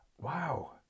Wow